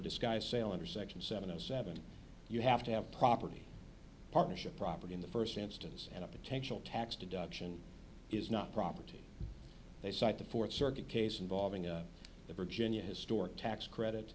disguised sale under section seven zero seven you have to have property partnership property in the first instance and a potential tax deduction is not property they cite the fourth circuit case involving the virginia historic tax credit